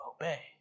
obey